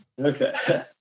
Okay